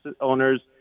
owners